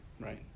right